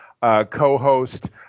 co-host